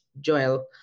Joel